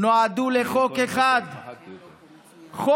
נועדו לחוק אחד: חוק-יסוד: